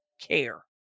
care